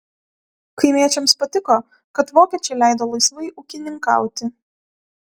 kaimiečiams patiko kad vokiečiai leido laisvai ūkininkauti